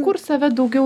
kur save daugiau